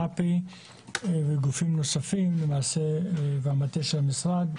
מפ"י וגופים נוספים במטה של המשרד,